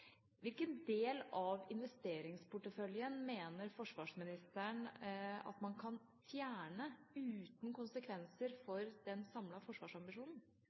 Hvilken del av investeringsporteføljen mener forsvarsministeren at man kan fjerne uten konsekvenser for den samlede forsvarsambisjonen?